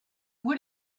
would